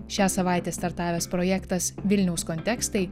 šią savaitę startavęs projektas vilniaus kontekstai